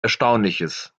erstaunliches